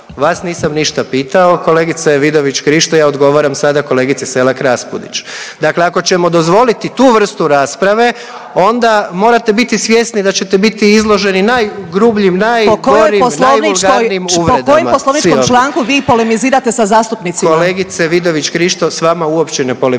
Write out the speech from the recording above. Vas nisam ništa pitao kolegice Vidović Krišto. Ja odgovaram sada kolegici Selak Raspudić. Dakle, ako ćemo dozvoliti tu vrstu rasprave onda morate biti svjesni da ćete biti izloženi najgrubljim, najgorim, najvulgarnijim uvredama. … /Upadica Vidović Krišto: Po kojem poslovničkom članku vi polemizirate sa zastupnicima?/ … Kolegice Vidović Krišto s vama uopće ne polemiziram